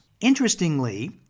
Interestingly